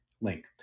link